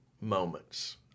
moments